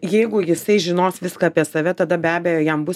jeigu jisai žinos viską apie save tada be abejo jam bus